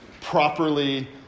properly